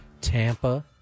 Tampa